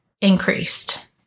increased